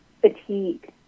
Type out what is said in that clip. fatigue